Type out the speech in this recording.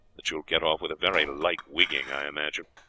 that you will get off with a very light wigging, i imagine.